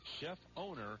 chef-owner